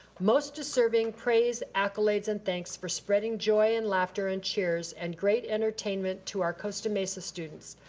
most deserving praise, accolades, and thanks for spreading joy and laughter and cheers and great entertainment to our costa-mesa students.